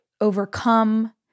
overcome